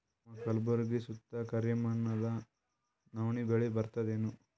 ನಮ್ಮ ಕಲ್ಬುರ್ಗಿ ಸುತ್ತ ಕರಿ ಮಣ್ಣದ ನವಣಿ ಬೇಳಿ ಬರ್ತದೇನು?